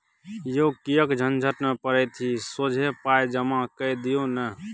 यौ किएक झंझट मे पड़ैत छी सोझे पाय जमा कए दियौ न